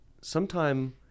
sometime